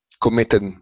committed